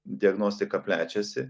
diagnostika plečiasi